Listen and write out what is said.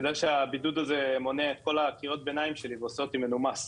תדע שהבידוד הזה מונע את כל קריאת הביניים שלי ועושה אותי מנומס.